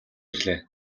ирлээ